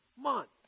month